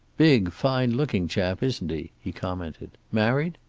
big fine-looking chap, isn't he? he commented. married?